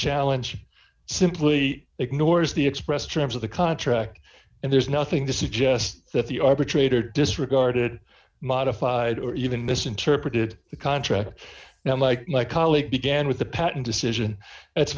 challenge simply ignores the expressed terms of the contract and there's nothing to suggest that the arbitrator disregarded modified or even misinterpreted the contract now like my colleague began with the patent decision that's